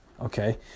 Okay